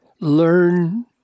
Learn